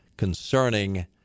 concerning